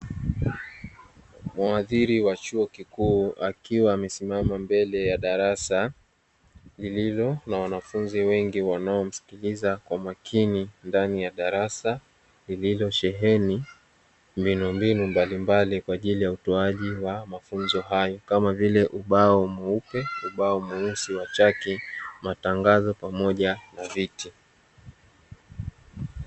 Mhadhili wa chuo kikuu akiwa amesimama mbele ya darasa, lililo na wanafunzi wengi wanaomsikiliza kwa makini ndani ya darasa lililosheheni vmbinu mbinu mbalimbali kwa ajili ya utoaji wa mafunzo hayo kama vile ubao mweupe, ambao mweusi wa chachi matangazo pamoja na viti